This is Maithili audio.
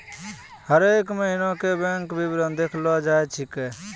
हरेक महिना के बैंक विबरण देखलो जाय सकै छै